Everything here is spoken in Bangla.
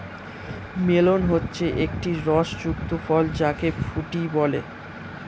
মেলন হচ্ছে একটি রস যুক্ত ফল যাকে ফুটি বলে